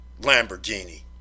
Lamborghini